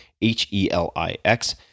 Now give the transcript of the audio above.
H-E-L-I-X